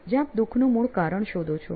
જ્યાં આપ દુખનું મૂળ કારણ શોધો છો